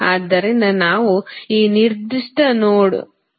ಆದ್ದರಿಂದ ನಾವು ಈ ನಿರ್ದಿಷ್ಟ ನೋಡ್ ಎಂದು ಕರೆಯುತ್ತೇವೆ